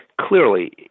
clearly